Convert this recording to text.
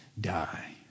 die